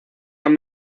han